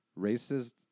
racist